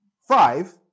Five